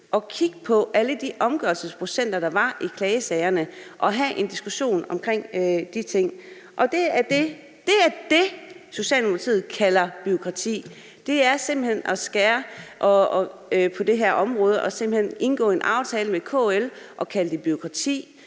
at kigge på alle de omgørelser, der var i klagesagerne, og have en diskussion om de ting. Det er det, Socialdemokratiet kalder bureaukrati. Man vil simpelt hen skære på det her område og indgå en aftale med KL, og man kalder det bureaukrati.